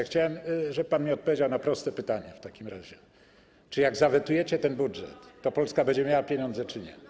Chciałbym, żeby odpowiedział mi pan na proste pytanie w takim razie: Czy jak zawetujecie ten budżet, to Polska będzie miała pieniądze czy nie?